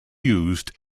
used